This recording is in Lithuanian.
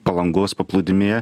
palangos paplūdimyje